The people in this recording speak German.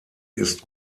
ist